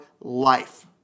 life